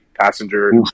passenger